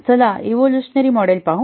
चला evolutionary model पाहू